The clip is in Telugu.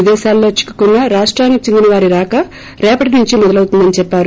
విదేశాలలో చిక్కుకున్న రాష్టానికి చెందినవారి రాక రేపటి నుంచి మొదలవుతుందని చెప్పారు